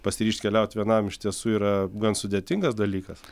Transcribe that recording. pasiryžt keliaut vienam iš tiesų yra gan sudėtingas dalykas